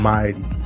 mighty